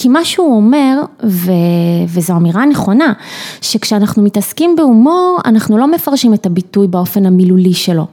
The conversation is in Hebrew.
כי מה שהוא אומר, וזו אמירה נכונה, שכשאנחנו מתעסקים בהומור, אנחנו לא מפרשים את הביטוי באופן המילולי שלו.